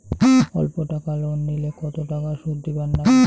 অল্প টাকা লোন নিলে কতো টাকা শুধ দিবার লাগে?